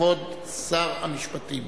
כבוד שר המשפטים.